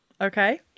Okay